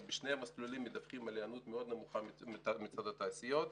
אבל בשני מסלולים מדווחים על היענות מאוד נמוכה מצד התעשיות.